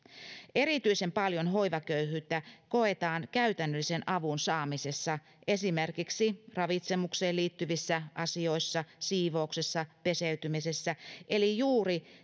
erityisen paljon hoivaköyhyyttä koetaan käytännöllisen avun saamisessa esimerkiksi ravitsemukseen liittyvissä asioissa siivouksessa peseytymisessä eli juuri